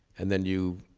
and then you,